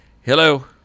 Hello